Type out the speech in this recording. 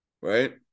right